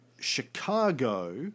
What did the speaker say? Chicago